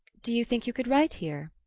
do you think you could write here?